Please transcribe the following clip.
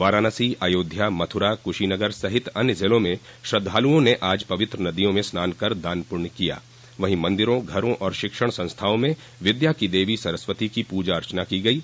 वाराणसी अयोध्या मथुरा कुशीनगर सहित अन्य जिलों में श्रद्धालुओं ने आज पवित्र नदियों में स्नान कर दान पुण्य किया वहीं मन्दिरों घरों और शिक्षण संस्थाओं में विद्या की देवी सरस्वती की पूजा अर्चना की गयी